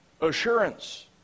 assurance